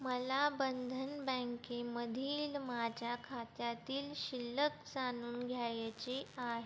मला बंधन बँकेमधील माझ्या खात्यातील शिल्लक जाणून घ्यायची आहे